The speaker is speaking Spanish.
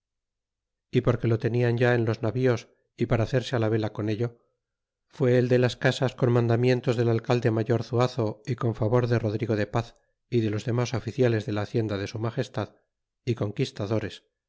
y porque lo tenian ya en los navíos y para hacerse la vela con ello fue el de las casas con mandamientos del alcalde mayor zuazo y con favor de rodrigo de paz y de los demas oficiales dala hacienda de su magestad y conquistadores